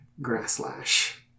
grasslash